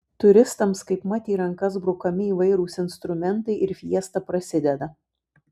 turistams kaipmat į rankas brukami įvairūs instrumentai ir fiesta prasideda